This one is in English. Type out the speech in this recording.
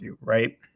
right